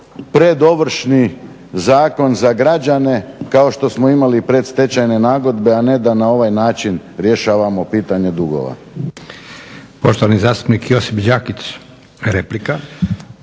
predovršni zakon za građane kao što smo imali predstečajne nagodbe, a ne da na ovaj način rješavamo pitanje dugova.